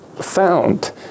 found